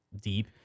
deep